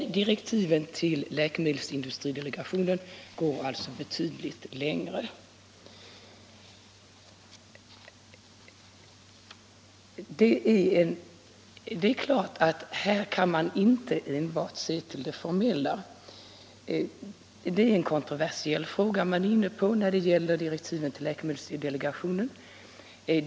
Direktiven till läkemedelsindustridelegationen går alltså betydligt längre. Det är klart att man här inte enbart kan se till det formella. Det är en kontroversiell fråga som man är inne på när det gäller direktiven till läkemedelsindustridelegationen.